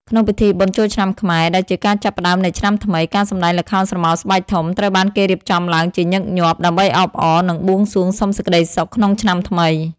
ក្នុងពិធីបុណ្យចូលឆ្នាំខ្មែរ ដែលជាការចាប់ផ្តើមនៃឆ្នាំថ្មី ការសម្តែងល្ខោនស្រមោលស្បែកធំ ត្រូវបានគេរៀបចំឡើងជាញឹកញាប់ ដើម្បីអបអរ និងបួងសួងសុំសេចក្តីសុខក្នុងឆ្នាំថ្មី។